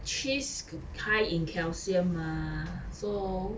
cheese c~ high in calcium ah so